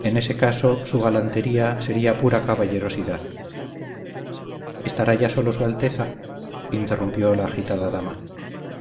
en ese caso su galantería sería pura caballerosidad estará ya solo su alteza interrumpió la agitada dama